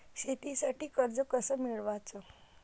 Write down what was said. शेतीसाठी कर्ज कस मिळवाच?